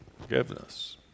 Forgiveness